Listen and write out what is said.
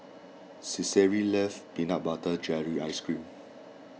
Cicely loves Peanut Butter Jelly Ice Cream